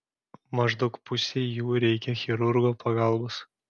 maždaug pusei jų reikia chirurgo pagalbos